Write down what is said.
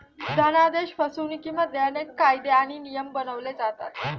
धनादेश फसवणुकिमध्ये अनेक कायदे आणि नियम बनवले जातात